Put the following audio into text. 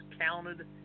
counted